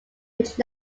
which